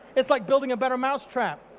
it's like building a better mousetrap.